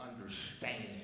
understand